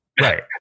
right